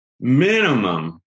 minimum